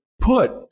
put